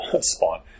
spawn